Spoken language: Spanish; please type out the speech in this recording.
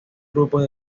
grupos